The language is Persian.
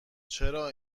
چرا